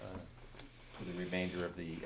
for the remainder of the